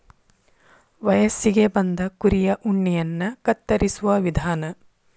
ವಯಸ್ಸಿಗೆ ಬಂದ ಕುರಿಯ ಉಣ್ಣೆಯನ್ನ ಕತ್ತರಿಸುವ ವಿಧಾನ